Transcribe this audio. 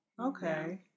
Okay